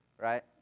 right